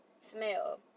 smell